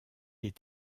est